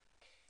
כן.